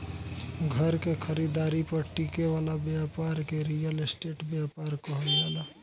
घर के खरीदारी पर टिके वाला ब्यपार के रियल स्टेट ब्यपार कहल जाला